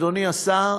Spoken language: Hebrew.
אדוני השר,